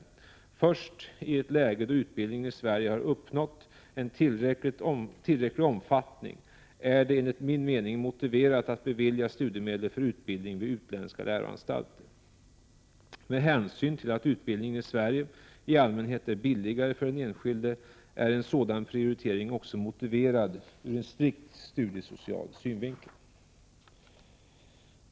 Först i ett läge då utbildningen i Sverige har uppnått en tillräcklig omfattning är det enligt min mening motiverat att bevilja studiemedel för utbildning vid utländska läroanstalter. Med hänsyn till att utbildning i Sverige i allmänhet är billigare för den enskilde är en sådan prioritering också motiverad ur en strikt studiesocial synvinkel.